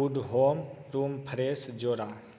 good home room fresh जोड़ा